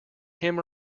him